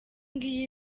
ngiyi